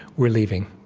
we're leaving.